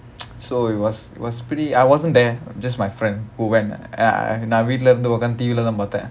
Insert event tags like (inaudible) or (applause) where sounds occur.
(noise) so it was it was pretty I wasn't there just my friend who went நான் வீட்டுல இருந்து உக்காந்து:naan veetula irunthu ukkaanthu T_V leh தான் பாத்தேன்:thaan paathaen